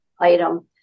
item